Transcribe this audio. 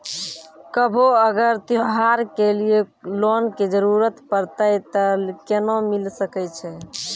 कभो अगर त्योहार के लिए लोन के जरूरत परतै तऽ केना मिल सकै छै?